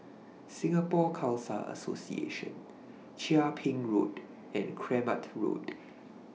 Singapore Khalsa Association Chia Ping Road and Kramat Road